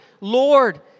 Lord